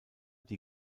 die